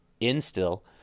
instill